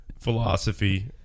philosophy